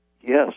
Yes